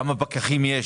כמה פקחים יש?